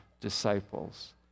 disciples